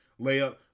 layup